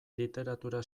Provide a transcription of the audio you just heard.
literatura